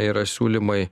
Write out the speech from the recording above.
yra siūlymai